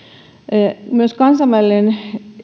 myös kansainvälinen